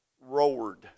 roared